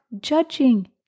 judging